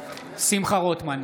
שמחה רוטמן,